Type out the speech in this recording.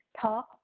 talk